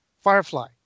Firefly